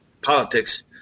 politics